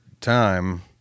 time